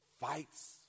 fights